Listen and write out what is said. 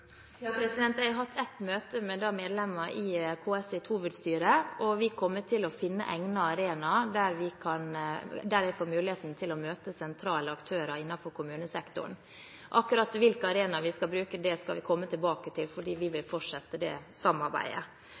Jeg har hatt et møte med medlemmer i KS’ hovedstyre, og vi kommer til å finne egnede arenaer der jeg får muligheten til å møte sentrale aktører innenfor kommunesektoren. Akkurat hvilke arenaer vi skal bruke, skal vi komme tilbake til, fordi vi vil fortsette det samarbeidet.